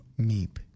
Meep